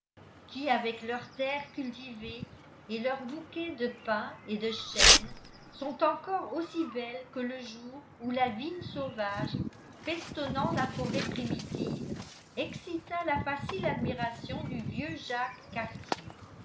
qui avec leurs terres cultivées et leurs bouquets de pins et de chênes sont encore aussi belles que le jour où la vigne sauvage festonnant la forêt primitive excita la facile admiration du vieux